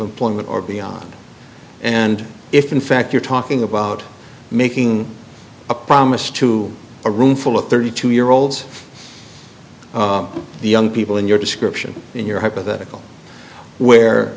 employment or beyond and if in fact you're talking about making a promise to a roomful of thirty two year olds the young people in your description in your hypothetical where